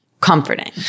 comforting